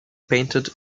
painted